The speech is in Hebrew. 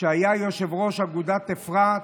שהיה יושב-ראש אגודת אפרת,